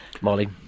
Molly